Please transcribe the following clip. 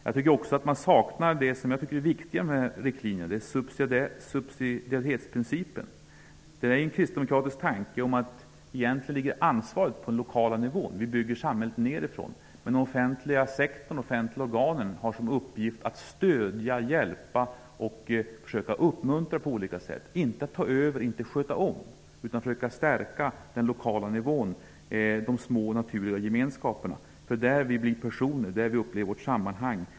Man saknar där också det som jag tycker är det viktiga i riktlinjerna, nämligen subsidiaritetsprincipen. Det är egentligen en kristdemokratisk tanke att ansvaret skall ligga på den lokala nivån. Vi vill bygga samhället nedifrån, medan de offentliga organen har som uppgift att stödja, hjälpa och på olika sätt uppmuntra, inte att ta över och sköta om utan i stället försöka stärka den lokala nivån, de små naturliga gemenskaperna. Det är där som vi blir personer och upplever vårt sammanhang.